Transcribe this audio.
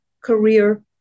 career